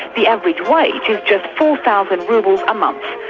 the average wage is just four thousand rubles a month,